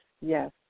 yes